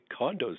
condos